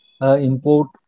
import